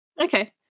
Okay